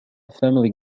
family